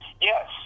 Yes